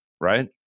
Right